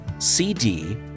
CD